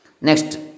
Next